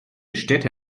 städte